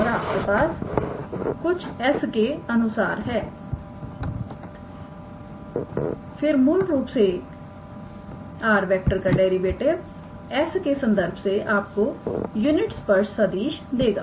और आपके पास कुछ s के अनुसार है फिर मूल रूप से 𝑟⃗ का डेरिवेटिव s के संदर्भ से आपको यूनिट स्पर्श सदिश देगा